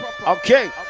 Okay